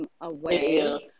away